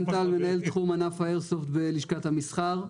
אני מנהל תחום ענף האיירסופט בלשכת המסחר.